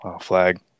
flag